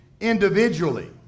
individually